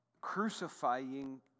crucifying